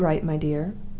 quite right, my dear!